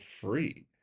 free